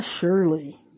surely